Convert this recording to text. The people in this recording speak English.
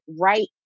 right